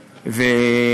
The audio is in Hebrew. הזה.